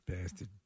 bastard